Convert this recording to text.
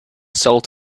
salt